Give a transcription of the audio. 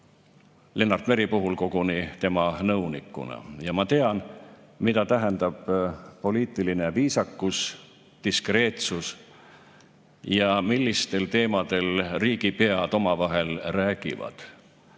Lennart Meri puhul koguni tema nõunikuna, ja ma tean, mida tähendab poliitiline viisakus, diskreetsus, ja millistel teemadel riigipead omavahel räägivad.